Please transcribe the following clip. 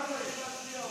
לי להצביע.